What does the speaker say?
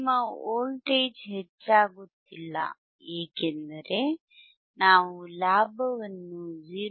ನಿಮ್ಮ ವೋಲ್ಟೇಜ್ ಹೆಚ್ಚಾಗುತ್ತಿಲ್ಲ ಏಕೆಂದರೆ ನಾವು ಲಾಭವನ್ನು 0